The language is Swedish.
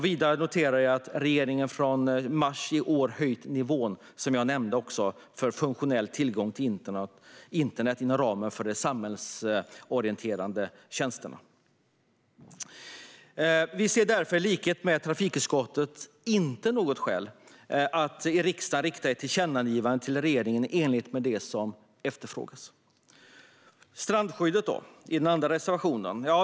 Vidare noterar jag att regeringen från mars i år, som jag tidigare nämnde, har höjt nivån för funktionell tillgång till internet inom ramen för de samhällsorienterande tjänsterna. Vi ser därför i likhet med trafikutskottet inte något skäl till att riksdagen riktar ett tillkännagivande till regeringen i enlighet med det som efterfrågas. Den andra reservationen gäller strandskyddet.